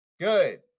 Good